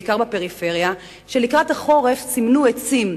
בעיקר בפריפריה, שלקראת החורף סימנו עצים,